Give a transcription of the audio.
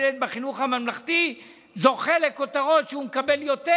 ילד בחינוך הממלכתי זוכה לכותרות שהוא מקבל יותר.